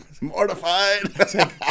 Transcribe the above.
mortified